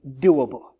doable